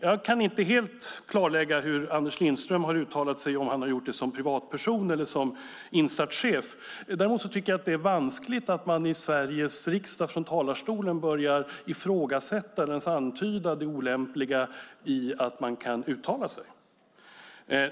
Jag kan inte helt klarlägga hur Anders Lindström har uttalat sig, som privatperson eller insatschef. Däremot är det vanskligt att från talarstolen i Sveriges riksdag börja ifrågasätta eller ens antyda det olämpliga i att uttala sig.